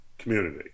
community